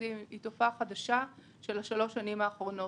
מוסדיים היא תופעה חדשה של השלוש השנים האחרונות.